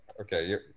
okay